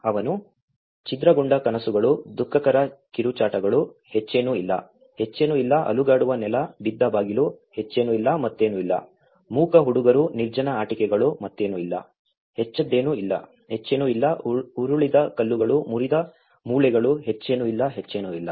ಅವನು ಛಿದ್ರಗೊಂಡ ಕನಸುಗಳು ದುಃಖಕರ ಕಿರುಚಾಟಗಳು ಹೆಚ್ಚೇನೂ ಇಲ್ಲ ಹೆಚ್ಚೇನೂ ಇಲ್ಲ ಅಲುಗಾಡುವ ನೆಲ ಬಿದ್ದ ಬಾಗಿಲು ಹೆಚ್ಚೇನೂ ಇಲ್ಲ ಮತ್ತೇನೂ ಇಲ್ಲ ಮೂಕ ಹುಡುಗರು ನಿರ್ಜನ ಆಟಿಕೆಗಳು ಮತ್ತೇನೂ ಇಲ್ಲ ಹೆಚ್ಚೇನೂ ಇಲ್ಲ ಉರುಳಿದ ಕಲ್ಲುಗಳು ಮುರಿದ ಮೂಳೆಗಳು ಹೆಚ್ಚೇನೂ ಇಲ್ಲ ಹೆಚ್ಚೇನೂ ಇಲ್ಲ